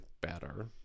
better